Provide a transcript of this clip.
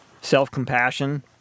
Self-compassion